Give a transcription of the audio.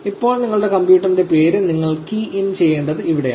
ഇപ്പോൾ നിങ്ങളുടെ കമ്പ്യൂട്ടറിന്റെ പേര് നിങ്ങൾ കീ ഇൻ ചെയ്യേണ്ടത് ഇവിടെയാണ്